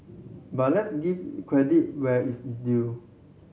but let's give credit where is is due